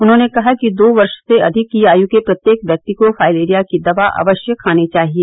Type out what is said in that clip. उन्होंने कहा कि दो वर्ष से अधिक की आयु के प्रत्येक व्यक्ति को फाइलेरिया की दवा अवश्य खानी चाहिए